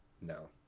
No